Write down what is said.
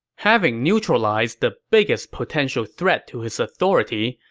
having neutralized the biggest potential threat to his authority,